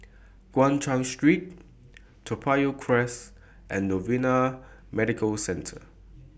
Guan Chuan Street Toa Payoh Crest and Novena Medical Centre